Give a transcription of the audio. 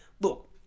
look